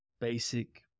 basic